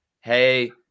hey